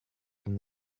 from